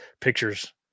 pictures